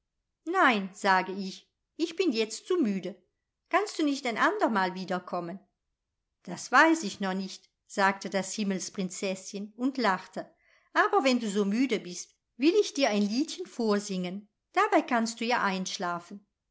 nein sage ich ich bin jetzt zu müde kannst du nicht ein ander mal wiederkommen das weiß ich noch nicht sagte das himmelsprinzeßchen und lachte aber wenn du so müde bist will ich dir ein liedchen vorsingen dabei kannst du ja einschlafen